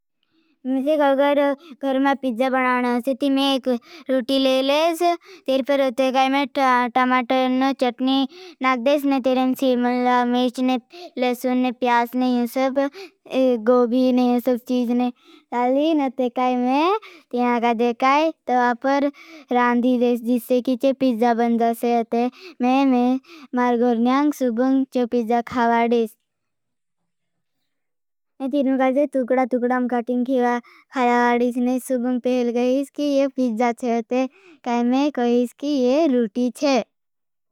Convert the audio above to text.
मुझे अगर घर्मा पीजा बनाना असे ती में एक रूटी लेलेज। तेरे पर अते काई में टामाटन चटनी नाग देश ने। तेरें शीर्मला, मिर्च ने, लसून ने, प्यास ने, यूसब, गोबी ने, यूसब चीज ने लालीन। अते काई में तीना कादे। काई तवापर रांधी देश जीसे की चे। पीजा बनजाओते में में हर घर्मा सूबंग चो पीजा खावाड़ेस। तुकड़ा तुकड़ा आम काटिन खिवा फाला वाडिस ने सुपंग पहल गईस। कि ये फीज़ा छे। उते काई मैं कहींग कि ये लूटी छे।